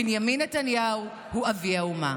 בנימין נתניהו הוא אבי האומה.